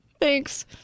thanks